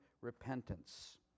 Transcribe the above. repentance